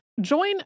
Join